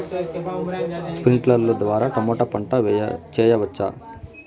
స్ప్రింక్లర్లు ద్వారా టమోటా పంట చేయవచ్చా?